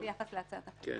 ביחס להצעת החוק.